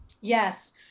Yes